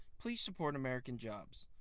please support american jobs.